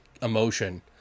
emotion